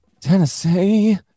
Tennessee